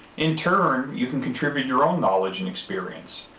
in turn, you can contribute your own knowledge and experience.